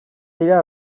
dira